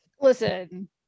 listen